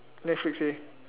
Netflix